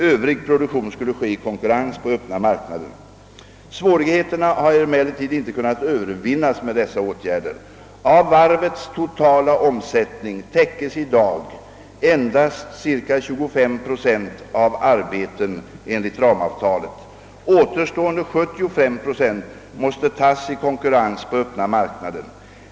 Övrig produktion skulle ske i konkurrens på öppna marknaden. Svårigheterna har emellertid inte kunnat övervinnas med dessa åtgärder. Av varvets totala omsättning täckes i dag endast ca 25 procent av arbeten enligt ramavtalet. Återstående 75 procent måste tagas i konkurrens på öppna marknaden.